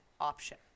option